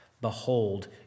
Behold